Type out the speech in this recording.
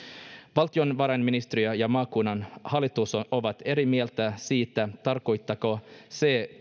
valtiovarainministeriö ja maakunnan hallitus ovat eri mieltä siitä tarkoittaako se